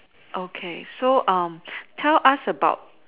okay so um tell us about